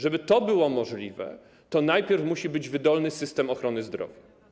Żeby to było możliwe, to najpierw musi być wydolny system ochrony zdrowia.